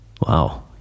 Wow